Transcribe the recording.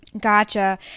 Gotcha